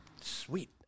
sweet